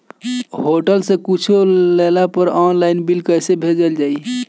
Hotel से कुच्छो लेला पर आनलाइन बिल कैसे भेजल जाइ?